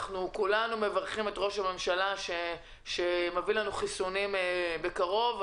כולנו מברכים את ראש הממשלה על כך שהוא יביא לנו בקרוב חיסונים,